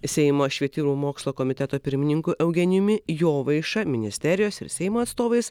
seimo švietimo mokslo komiteto pirmininku eugenijumi jovaiša ministerijos ir seimo atstovais